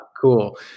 Cool